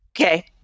Okay